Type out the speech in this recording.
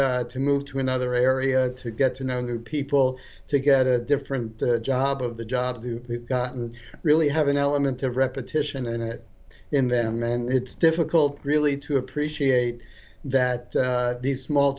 take to move to another area to get to know new people to get a different job of the jobs gotten really have an element of repetition and it in them and it's difficult really to appreciate that these small